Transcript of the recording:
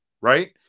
right